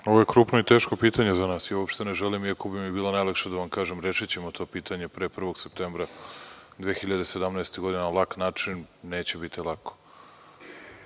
Ovo je krupno i teško pitanje za nas i uopšte ne želim, iako bi mi bilo najlakše da vam kažem – rešićemo to pitanje pre 1. septembra 2017. godine, na lak način, neće biti lako. Ne